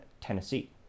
Tennessee